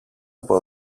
από